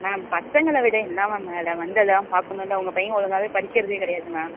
ma'am பசங்களைவிட என்ன ma'am வேலை வந்து அதெலாம் பார்க்கணுல உங்க பையன் ஒழுங்காகவே படிக்கிறதே கிடையாது மேம்